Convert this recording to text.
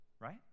right